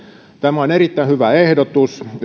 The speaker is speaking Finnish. tämä on erittäin hyvä ehdotus